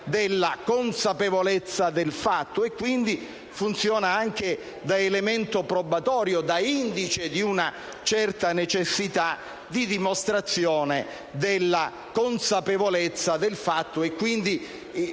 della consapevolezza del fatto e quindi funziona anche da elemento probatorio, da indice di una certa necessità di dimostrazione della consapevolezza del fatto. Quindi,